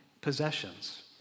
possessions